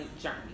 journey